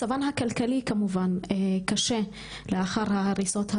מצבן הכלכלי, כמובן, קשה לאחר ההריסות.